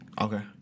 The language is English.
Okay